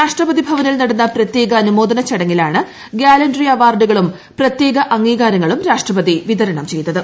രാഷ്ട്രപതി ഭവനിൽ നടന്ന പ്രത്യേക അനുമോദന ചടങ്ങിലാണ് ഗാലൻട്രി അവാർഡുകളും പ്രത്യേക അംഗീകാരങ്ങളും രാഷ്ട്രപതി വിതരണം ചെയ്തത്